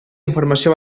informació